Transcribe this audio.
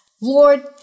Lord